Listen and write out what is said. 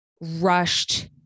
rushed